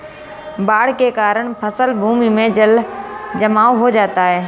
बाढ़ के कारण फसल भूमि में जलजमाव हो जाता है